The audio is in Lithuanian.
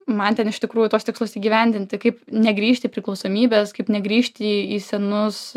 man ten iš tikrųjų tuos tikslus įgyvendinti kaip negrįžti priklausomybės kaip negrįžti į į senus